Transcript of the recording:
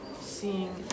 seeing